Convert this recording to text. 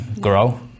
grow